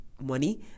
money